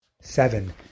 seven